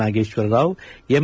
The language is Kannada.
ನಾಗೇಶ್ವರ್ ರಾವ್ ಎಂ